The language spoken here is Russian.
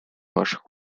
ваших